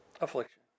affliction